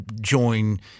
join